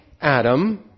Adam